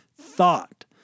thought